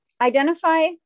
identify